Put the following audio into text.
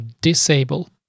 disable